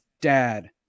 dad